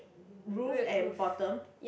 roof and bottom